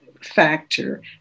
factor